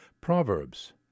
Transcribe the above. Proverbs